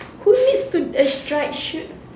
who needs to